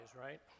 right